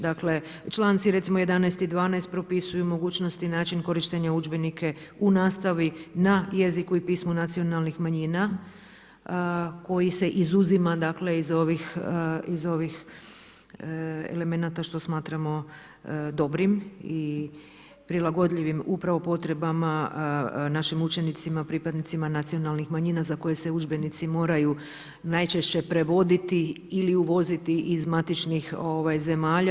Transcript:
Dakle, članci recimo 11. i 12. propisuju mogućnosti i način korištenja udžbenika, u nastavi, na jeziku i pismu nacionalnih manjina, koji se izuzima iz ovih elemenata što smatramo dobrim i prilagodljivim upravo potrebama našim učenicima, pripadnicima nacionalnih manjina, za koje se udžbenici moraju najčešće prevoditi ili uvoziti iz matičnih zemalja.